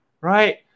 Right